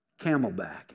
Camelback